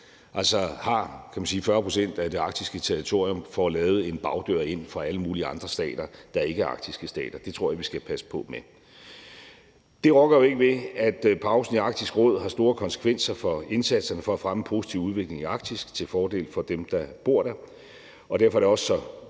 – har 40 pct. af det arktiske territorium, får lavet en bagdør ind for alle mulige andre stater, der ikke er arktiske stater. Det tror jeg vi skal passe på med. Det rokker jo ikke ved, at pausen i Arktisk Råd har store konsekvenser for indsatserne for at fremme en positiv udvikling i Arktis til fordel for dem, der bor der, og derfor er det også så